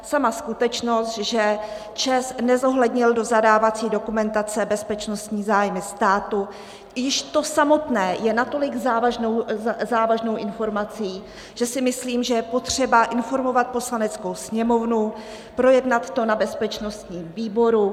Sama skutečnost, že ČEZ nezohlednil do zadávací dokumentace bezpečnostní zájmy státu, již to samotné je natolik závažnou informací, že si myslím, že je potřeba informovat Poslaneckou sněmovnu, projednat to na bezpečnostním výboru.